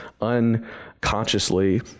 unconsciously